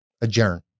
adjourn